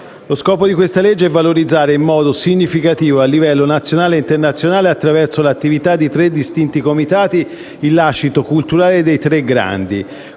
Lo scopo di questa legge è quello di valorizzare in modo significativo a livello nazionale e internazionale, attraverso le attività di tre distinti comitati, il lascito culturale dei tre grandi,